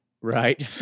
Right